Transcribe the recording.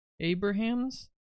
Abraham's